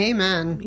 Amen